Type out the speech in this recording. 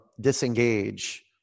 disengage